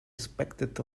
expected